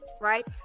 right